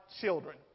children